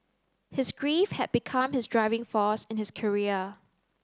his grief had become his driving force in his career